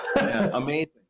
Amazing